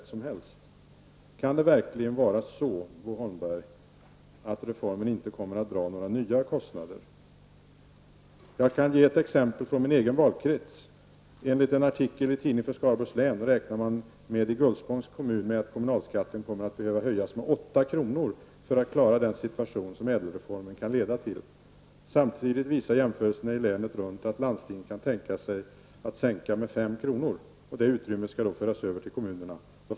Kan det verkligen vara så, Bo Holmberg, att reformen inte kommer att dra några nya kostnader? Jag kan ge ett exempel från min egen valkrets. Enligt en artikel i Tidning för Skaraborgs län räknar man i Gullspångs kommun med att kommunalskatten kommer att behöva höjas med åtta kronor för att klara den situation som ÄDEL reformen kan leda till. Samtidigt visar jämförelserna länet runt att landstinget kan tänka sig att sänka med fem kronor -- det utrymmet överförs då till kommunerna.